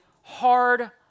hard